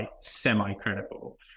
semi-credible